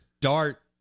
Dart